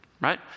right